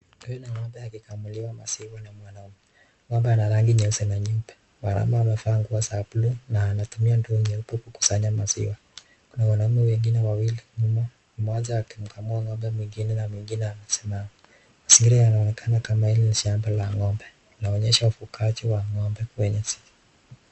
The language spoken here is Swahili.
Huyu ni ng'ombe akikamuliwa maziwa na mwanaume, ng'ombea ana rangi nyeipe na nyeusi. Mwanaume amevaa nguo ya buluu na anatumia ndoo kukusanya maziwa. Kuna wanaume wawili, mmoja akimkamua ng'ombe mwingine na mwingine amesimama. Mazingira yanaonekana ni kama hili ni shamba la ng'ombe ,inaonyesha ufugaji wa ng'ombe kwenye zero .